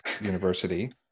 university